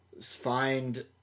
find